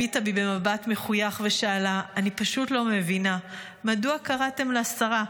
הביטה בי במבט מחויך ושאלה: אני פשוט לא מבינה מדוע קראתם לה שרה.